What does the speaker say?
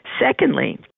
Secondly